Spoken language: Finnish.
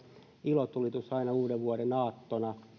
ilotulitus aina uudenvuodenaattona